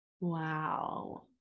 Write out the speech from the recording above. Wow